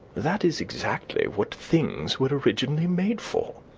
that is exactly what things were originally made for.